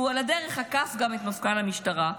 שהוא על הדרך עקף גם את מפכ"ל המשטרה,